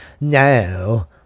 no